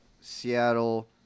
Seattle